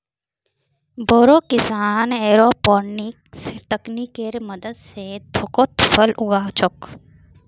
बोरो किसान एयरोपोनिक्स तकनीकेर मदद स थोकोत फल उगा छोक